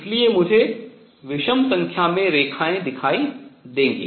इसलिए मुझे विषम संख्या में रेखाएँ दिखाई देंगी